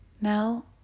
Now